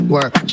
Work